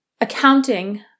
accounting